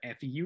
FU